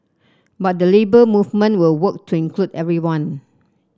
but the Labour Movement will work to include everyone